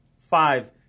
five